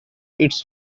its